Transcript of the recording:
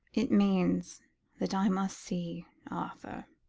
it means that i must see arthur,